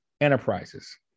Enterprises